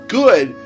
good